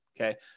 Okay